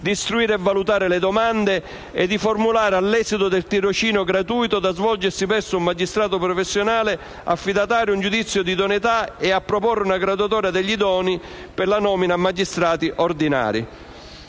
istruire e valutare le domande, formulare, all'esito del tirocinio gratuito da svolgersi presso un magistrato professionale affidatario, un giudizio di idoneità e proporre una graduatoria degli idonei per la nomina a magistrati ordinari.